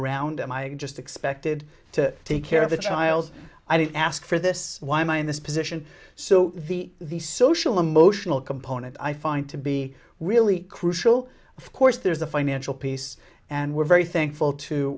around and i just expected to take care of the child i didn't ask for this why am i in this position so the the social emotional component i find to be really crucial of course there's the financial piece and we're very thankful to